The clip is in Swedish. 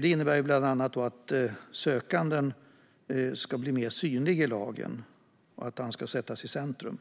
Det innebär bland att den sökande ska bli mer synlig i lagen och sättas i centrum.